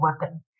weapon